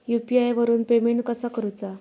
UPI वरून payment कसा करूचा?